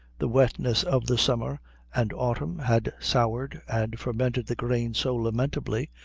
the wetness of the summer and autumn had soured and fermented the grain so lamentably,